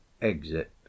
exit